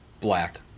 black